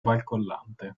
barcollante